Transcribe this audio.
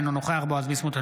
אינו נוכח בועז ביסמוט,